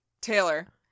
Taylor